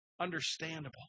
understandable